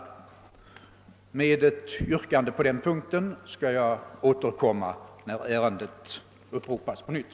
Med ett yrkande på den punkten skall jag återkomma när ärendet uppropas på nytt.